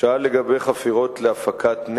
על-סמך הערכות שפעילות חוות הגז